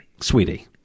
sweetie